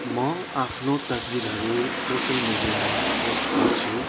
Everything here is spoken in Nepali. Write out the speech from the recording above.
म आफ्नो तस्विरहरू सोसियल मिडियामा पोस्ट गर्छु